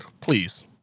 please